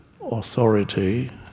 authority